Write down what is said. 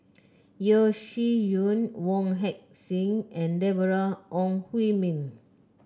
Yeo Shih Yun Wong Heck Sing and Deborah Ong Hui Min